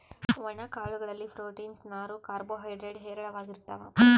ಒಣ ಕಾಳು ಗಳಲ್ಲಿ ಪ್ರೋಟೀನ್ಸ್, ನಾರು, ಕಾರ್ಬೋ ಹೈಡ್ರೇಡ್ ಹೇರಳವಾಗಿರ್ತಾವ